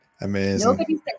Amazing